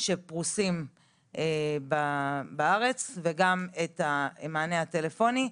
שפרושים בארץ, וגם את המענה הטלפוני.